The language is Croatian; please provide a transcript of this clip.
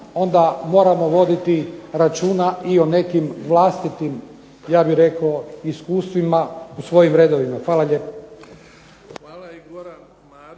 onda moramo voditi računa i o nekim vlastitim, ja bih rekao, iskustvima u svojim redovima. Hvala lijepo.